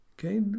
okay